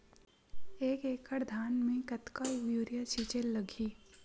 एक एकड़ धान में कतका यूरिया छिंचे ला लगही?